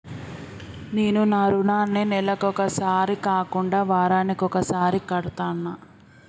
నేను నా రుణాన్ని నెలకొకసారి కాకుండా వారానికోసారి కడ్తన్నా